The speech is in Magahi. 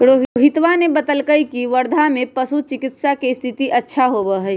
रोहितवा ने बतल कई की वर्धा में पशु चिकित्सा के स्थिति अच्छा होबा हई